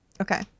Okay